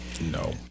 no